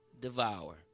devour